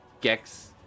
Gex